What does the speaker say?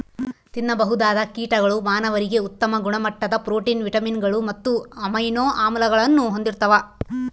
ತಿನ್ನಬಹುದಾದ ಕೀಟಗಳು ಮಾನವರಿಗೆ ಉತ್ತಮ ಗುಣಮಟ್ಟದ ಪ್ರೋಟೀನ್, ವಿಟಮಿನ್ಗಳು ಮತ್ತು ಅಮೈನೋ ಆಮ್ಲಗಳನ್ನು ಹೊಂದಿರ್ತವ